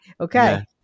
Okay